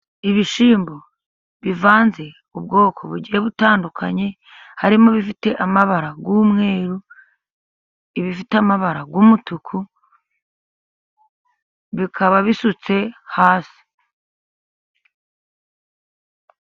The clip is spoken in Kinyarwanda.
Ibishyimbo bivanze, ubwoko bugiye butandukanye, harimo ibifite amabara y'umweru, ibifite amabara y'umutuku, bikaba bisutse hasi.